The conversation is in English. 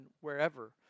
wherever